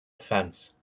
fence